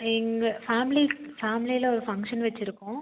எங்கள் ஃபேம்லி ஃபேம்லியில் ஒரு ஃபங்க்ஷன் வச்சிருக்கோம்